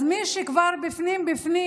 אז מי שכבר בפנים בפנים